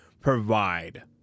provide